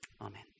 Amen